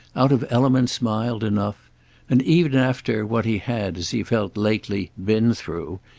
out of elements mild enough and even after what he had, as he felt, lately been through,